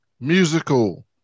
musical